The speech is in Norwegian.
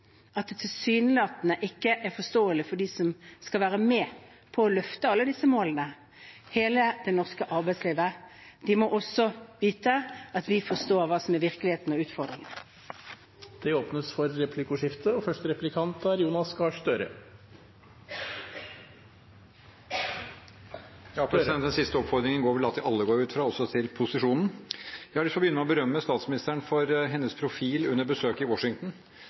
at det tilsynelatende ikke er forståelig for dem som skal være med på å løfte alle disse målene. Hele det norske arbeidslivet må vite at vi forstår hva som er virkeligheten og utfordringene. Det blir replikkordskifte. Den siste oppfordringen går til alle, går jeg ut fra, også til posisjonen. Jeg har lyst til å begynne med å berømme statsministeren for hennes profil under besøket i Washington